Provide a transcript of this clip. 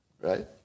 right